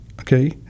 okay